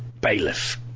Bailiff